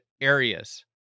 areas